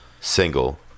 single